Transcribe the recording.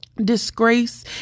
Disgrace